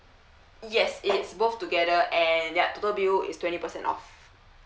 yes yes both together and yup total bill is twenty percent off